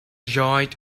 joined